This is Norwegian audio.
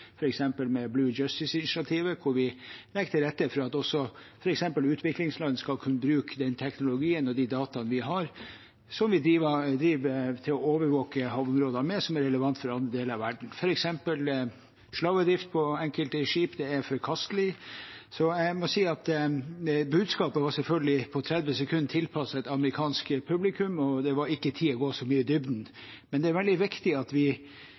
med Blue Justice-initiativet, hvor vi legger til rette for at også f.eks. utviklingsland skal kunne bruke den teknologien og de dataene vi har og overvåker havområder med, og som er relevant for andre deler av verden, f.eks. ved slavedrift på enkelte skip – det er forkastelig. Jeg må si at budskapet selvfølgelig var – på 30 sekunder – tilpasset et amerikansk publikum, og det var ikke tid til å gå så mye i dybden. Men det er veldig viktig at vi